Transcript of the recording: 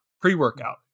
pre-workout